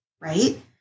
right